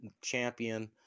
champion